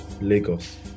Lagos